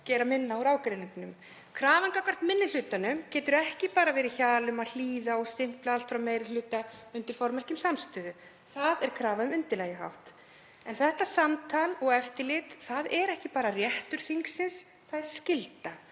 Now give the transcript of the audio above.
gera minna úr ágreiningnum. Krafan gagnvart minni hlutanum getur ekki bara verið hjal um að hlýða og stimpla allt frá meiri hluta undir formerkjum samstöðu. Það er krafa um undirlægjuhátt. En þetta samtal og eftirlit er ekki bara réttur þingsins, það er skylda.